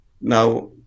Now